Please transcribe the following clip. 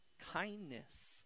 kindness